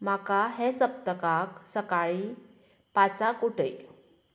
म्हाका हे सप्तकाक सकाळी पांचाक उठय